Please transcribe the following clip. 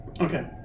Okay